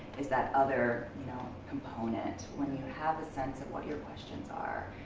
is that other you know component. when you have a sense of what your questions are,